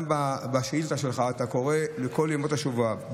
גם בשאילתה שלך אתה קורא לכל ימות השבוע.